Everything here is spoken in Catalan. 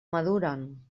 maduren